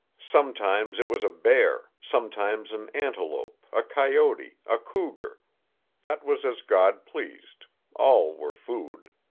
sometimes it was a bear, sometimes an antelope, a coyote, a cougar that was as god pleased all were food.